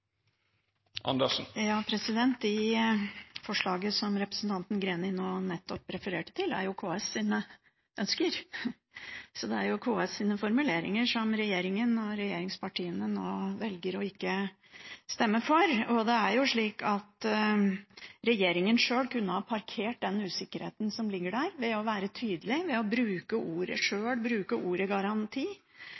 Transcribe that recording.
Forslaget som representanten Greni nå nettopp refererte til, er jo KS’ ønsker, så det er KS’ formuleringer som regjeringen og regjeringspartiene nå velger ikke å stemme for. Det er slik at regjeringen sjøl kunne ha parkert den usikkerheten som ligger der, ved å være tydelig, ved å bruke ordet